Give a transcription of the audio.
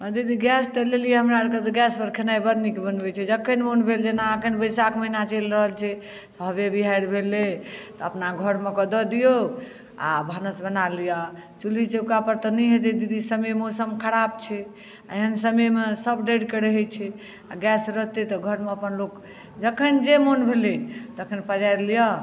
हँ दीदी गैस तऽ लेलियै हमरा अरके गैसपर खेनाइ बड़ नीक बनबै छै जखन मोन भेल जेना एखन बैसाख महिना चलि रहल छै तऽ हवे बिहारि भेलै तऽ अपना घरमे कऽ धऽ दियौ आओर भानस बना लिअ चुल्ही चौकापर तऽ नहि हेतै दीदी समय मौसम खराप छै एहन समयमे सब डरि कऽ रहै छै आओर गैस रहतै तऽ घरमे अपन लोक जखन जे मोन भेलै तखन पजारि लिअ